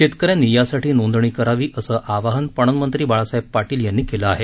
शेतक यांनी यासाठी नोंदणी करावी असं आवाहन पणनमंत्री बाळासाहेब पाटील यांनी केलं आहे